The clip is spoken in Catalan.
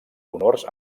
honors